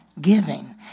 giving